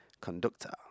Conductor